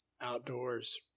outdoors